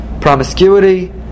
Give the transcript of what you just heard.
promiscuity